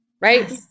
Right